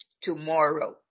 tomorrow